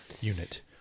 unit